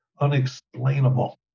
unexplainable